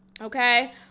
Okay